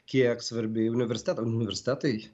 kiek svarbi universitetam universitetai